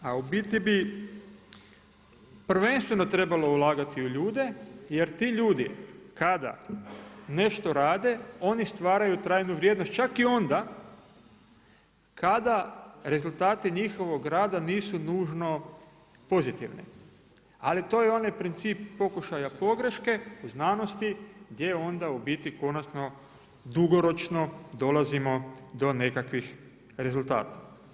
A u biti bi prvenstveno trebalo ulagati u ljude jer ti ljudi kada nešto rade, oni stvaraju trajnu vrijednost čak i onda kada rezultati njihovog rada nisu nužno pozitivni, ali to je onaj princip pokušaja pogreška u znanosti gdje onda u biti, konačno dugoročno dolazimo do nekakvih rezultata.